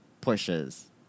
pushes